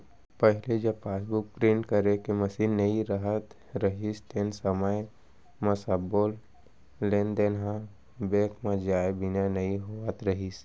पहिली जब passbook print करे के मसीन नइ रहत रहिस तेन समय म सबो लेन देन ह बेंक म जाए बिना नइ होवत रहिस